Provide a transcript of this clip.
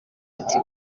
ati